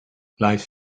lifes